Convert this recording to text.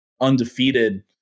undefeated